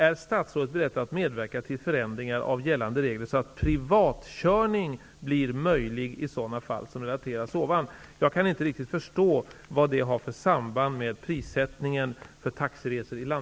Är statsrådet beredd medverka till förändringar av gällande regler så att privatkörning blir möjlig i sådana fall som relaterats ovan?